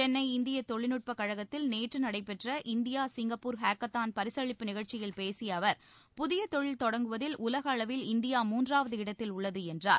சென்னை இந்திய தொழில்நுட்பக் கழகத்தில் நேற்று நடைபெற்ற இந்தியா ஹேக்கத்தான் பரிசளிப்பு நிகழ்ச்சியில் பேசிய அவர் புதிய தொழில் தொடங்குவதில் உலக அளவில் இந்தியா மூன்றாவது இடத்தில் உள்ளது என்றார்